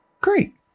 great